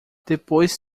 depois